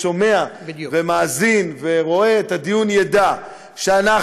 אז לפחות מי ששומע ומאזין ורואה את הדיון ידע שאנחנו,